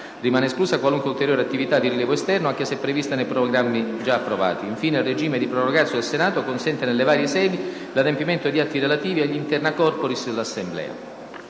Rimane esclusa qualunque ulteriore attività di rilievo esterno, anche se prevista nei programmi già approvati. Infine, il regime di *prorogatio* del Senato consente nelle varie sedi l'adempimento di atti relativi agli *interna corporis* dell'Assemblea.